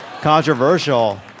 Controversial